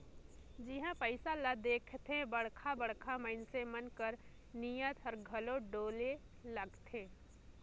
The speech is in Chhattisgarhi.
जिहां पइसा ल देखथे बड़खा बड़खा मइनसे मन कर नीयत हर घलो डोले लगथे